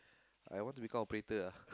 I want to become operator ah